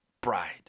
bride